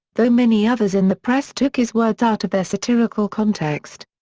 though many others in the press took his words out of their satirical context.